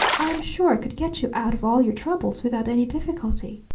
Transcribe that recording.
i am sure could get you out of all your troubles without any difficulty.